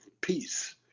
peace